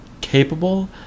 capable